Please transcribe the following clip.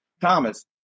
Thomas